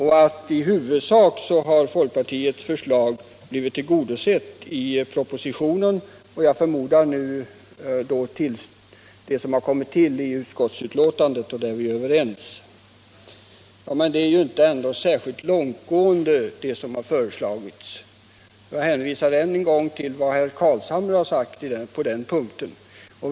Han säger att folkpartiets förslag i huvudsak blivit tillgodosedda genom propositionen och jag förmodar även genom de förslag som kommit till vid utskottsbehandlingen och som vi är överens om. Men det som har föreslagits är ju ändå inte särskilt långtgående — jag hänvisar än en gång till vad herr Carlshamre har sagt på den punkten.